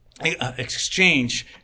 exchange